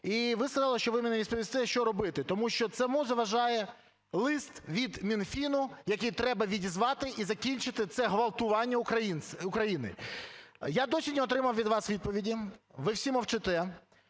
І ви сказали, що ви мені відповісте, що робити, тому що цьому заважає лист від Мінфіну, який треба відізвати і закінчити це ґвалтування України. Я досі не отримав від вас відповіді. Ви всі мовчите.